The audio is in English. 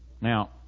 Now